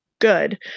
good